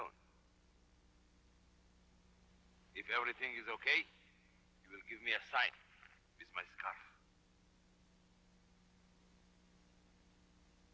them